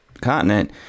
continent